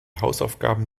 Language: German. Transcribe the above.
hausaufgaben